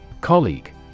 Colleague